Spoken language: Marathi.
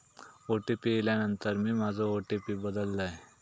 ओ.टी.पी इल्यानंतर मी माझो ओ.टी.पी बदललय